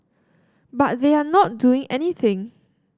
but they are not doing anything